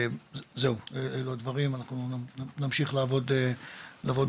זהו, אלו הדברים, אנחנו נמשיך לעבוד ביחד.